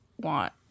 want